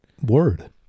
Word